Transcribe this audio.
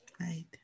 Right